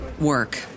work